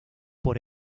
por